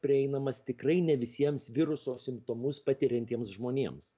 prieinamas tikrai ne visiems viruso simptomus patiriantiems žmonėms